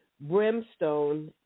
brimstone